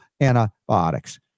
antibiotics